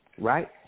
Right